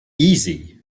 easy